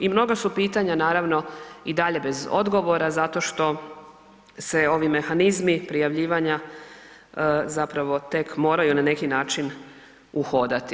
I mnoga su pitanja naravno i dalje bez odgovora, zato što se ovi mehanizmi prijavljivanja tek moraju na neki način uhodati.